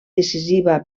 decisiva